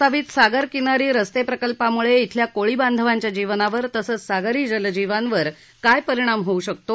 मुंबईच्या प्रस्तावित सागरकिनारी रस्ते प्रकल्पामुळे इथल्या कोळीबांधवांच्या जीवनावर तसंच सागरी जलजीवांवर काय परिणाम होऊ शकतो